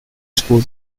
school